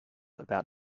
about